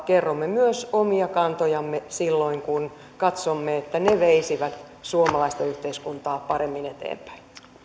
kerromme myös omia kantojamme silloin kun katsomme että ne veisivät suomalaista yhteiskuntaa paremmin eteenpäin